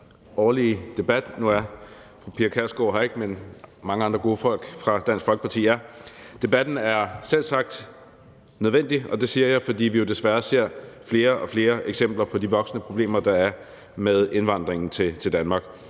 er her. Debatten er selvsagt nødvendig, og det siger jeg, fordi vi jo desværre ser flere og flere eksempler på de voksende problemer, der er med indvandringen i Danmark.